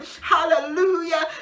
Hallelujah